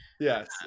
yes